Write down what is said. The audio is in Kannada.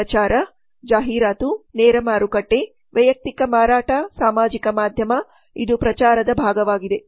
ಪ್ರಚಾರ ಜಾಹೀರಾತು ನೇರ ಮಾರುಕಟ್ಟೆ ವೈಯಕ್ತಿಕ ಮಾರಾಟ ಸಾಮಾಜಿಕ ಮಾಧ್ಯಮ ಇದು ಪ್ರಚಾರದ ಭಾಗವಾಗಿದೆ